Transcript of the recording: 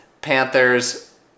Panthers